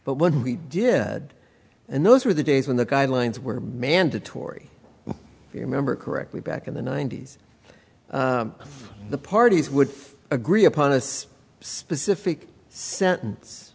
but when we did and those were the days when the guidelines were mandatory if you remember correctly back in the ninety's the parties would agree upon a specific sentence